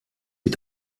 sie